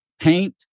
paint